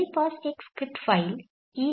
मेरे पास एक स्क्रिप्ट फ़ाइल Ex03m है